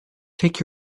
take